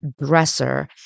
dresser